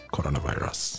Coronavirus